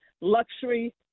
luxury